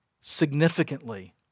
significantly